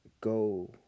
go